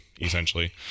essentially